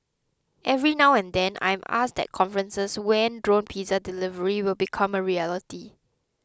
every now and then I am asked at conferences when drone pizza delivery will become a reality